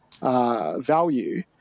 value